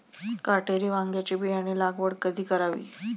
काटेरी वांग्याची बियाणे लागवड कधी करावी?